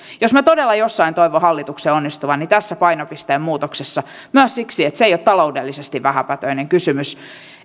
jos minä todella jossain toivon hallituksen onnistuvan niin tässä painopisteen muutoksessa myös siksi että se ei ole taloudellisesti vähäpätöinen kysymys